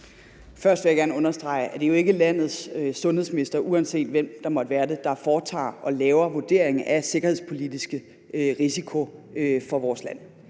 Først vil jeg gerne understrege, at det jo ikke er landets sundhedsminister, uanset hvem der måtte være det, der foretager og laver vurdering af sikkerhedspolitiske risici for vores land.